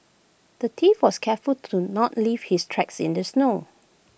the thief was careful to not leave his tracks in the snow